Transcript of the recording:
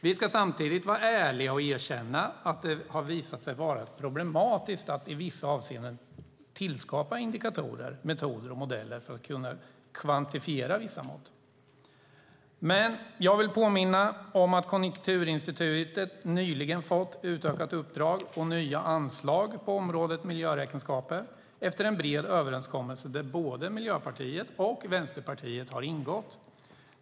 Vi ska samtidigt vara ärliga och erkänna att det har visat sig vara problematiskt att i vissa avseenden tillskapa indikatorer, metoder och modeller för att kunna kvantifiera vissa mått. Jag vill påminna om att Konjunkturinstitutet nyligen fått ett utökat uppdrag och nya anslag på området miljöräkenskaper efter en bred överenskommelse där både Miljöpartiet och Vänsterpartiet har ingått.